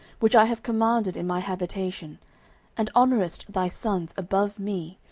which i have commanded in my habitation and honourest thy sons above me,